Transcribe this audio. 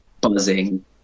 buzzing